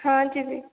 ହଁ ଯିବି